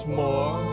more